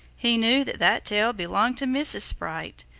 he knew that that tail belonged to mrs. sprite,